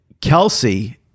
Kelsey